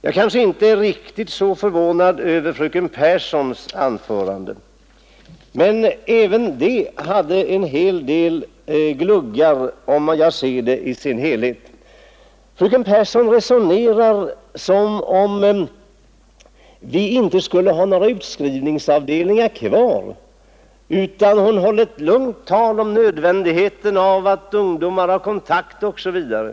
Jag är inte riktigt lika förvånad över fröken Pehrssons anförande. Men även det hade en hel del ”gluggar”, om jag ser det i dess helhet. Fröken Pehrsson resonerar som om vi inte skulle ha några utskrivningsavdelningar kvar. Hon höll ett långt tal om nödvändigheten av att ungdomarna har kontakt osv.